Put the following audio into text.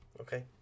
Okay